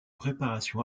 préparation